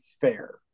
fair